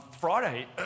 Friday